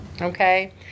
Okay